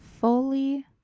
fully